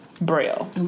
braille